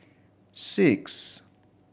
six